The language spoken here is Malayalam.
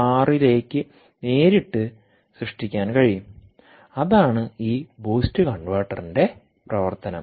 6 ലേക്ക് നേരിട്ട് സൃഷ്ടിക്കാൻ കഴിയും അതാണ് ഈ ബൂസ്റ്റ് കൺവെർട്ടറിന്റെ പ്രവർത്തനം